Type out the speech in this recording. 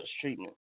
treatment